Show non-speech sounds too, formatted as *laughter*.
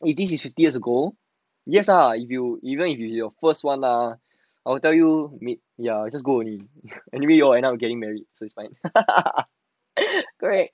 if this is fifty years ago yes lah if you even if you your first one lah I will tell you meet ya just go only anyway you end up getting married so it's fine *laughs* correct